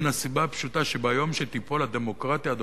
מן הסיבה הפשוטה שביום שתיפול הדמוקרטיה,